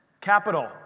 Capital